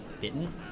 Bitten